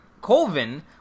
Colvin